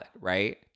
right